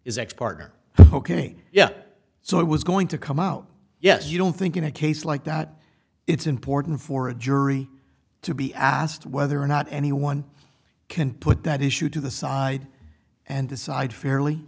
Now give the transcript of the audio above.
is ex partner ok yeah so i was going to come out yes you don't think in a case like that it's important for a jury to be asked whether or not anyone can put that issue to the side and decide fairly